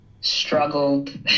struggled